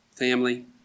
family